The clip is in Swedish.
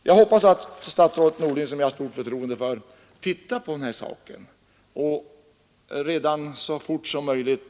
Jag hoppas att statsrådet Norling, som jag har stort förtroende för, tittar på den här frågan så fort som möjligt.